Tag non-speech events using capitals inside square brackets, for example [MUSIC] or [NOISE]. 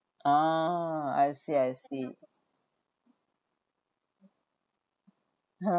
oh I see I see [NOISE]